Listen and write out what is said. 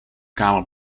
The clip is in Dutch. kamer